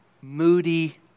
moody